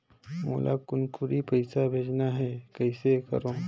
मोला कुनकुरी पइसा भेजना हैं, कइसे करो?